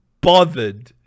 bothered